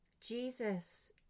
Jesus